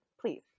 Please